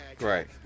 right